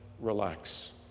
relax